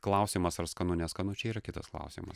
klausimas ar skanu neskanu čia yra kitas klausimas